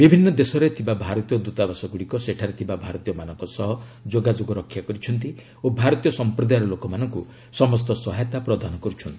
ବିଭିନ୍ନ ଦେଶରେ ଥିବା ଭାରତୀୟ ଦ୍ୱତାବାସଗୁଡ଼ିକ ସେଠାରେ ଥିବା ଭାରତୀୟମାନଙ୍କ ସହ ଯୋଗାଯୋଗ ରକ୍ଷା କରିଛନ୍ତି ଓ ଭାରତୀୟ ସଂପ୍ରଦାୟର ଲୋକମାନଙ୍କୁ ସମସ୍ତ ସହାୟତା ପ୍ରଦାନ କରୁଛନ୍ତି